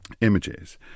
images